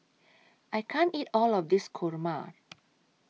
I can't eat All of This Kurma